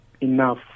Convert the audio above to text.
enough